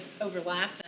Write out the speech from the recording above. overlap